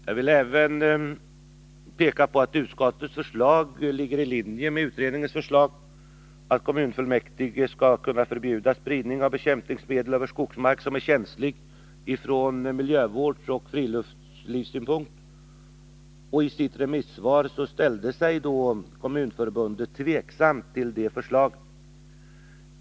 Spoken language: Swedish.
Jag vill även peka på att utskottets förslag ligger i linje med utredningens förslag, att kommunfullmäktige skall kunna förbjuda spridning av bekämpningsmedel över skogsmark som är känslig från miljövårdsoch friluftslivssynpunkt. I sitt remissvar ställde sig Kommunförbundet tveksamt till det förslaget.